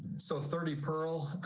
so thirty pearl.